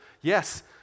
Yes